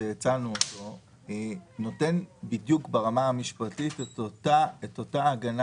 שהצענו נותן ברמה המשפטית את אותה הגנה